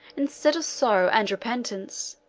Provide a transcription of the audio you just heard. instead of sorrow and repentance,